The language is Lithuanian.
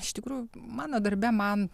iš tikrųjų mano darbe man